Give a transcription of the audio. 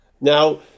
Now